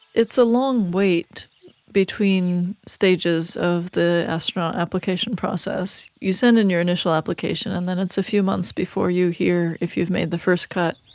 it's a long wait between stages of the astronaut application process. you send in your initial application and then it's a few months before you hear if you've made the first cut.